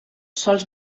sols